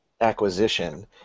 acquisition